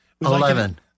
Eleven